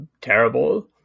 terrible